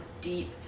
deep